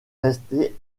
resté